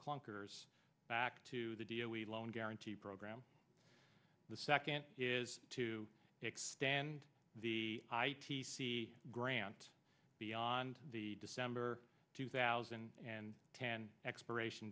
clunkers back to the dia we loan guarantee program the second is to extend the i t c grant beyond the december two thousand and ten expiration